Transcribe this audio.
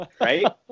right